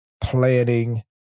Planning